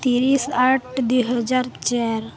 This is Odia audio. ତିରିଶି ଆଠ ଦୁଇ ହଜାର ଚାରି